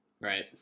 Right